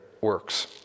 works